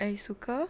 ai-suka